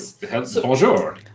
bonjour